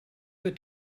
wird